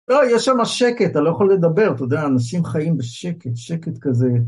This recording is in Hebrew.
אוי, יש שם שקט, אתה לא יכול לדבר, אתה יודע, אנשים חיים בשקט, שקט כזה.